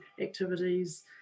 activities